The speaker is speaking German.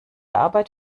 arbeit